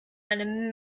eine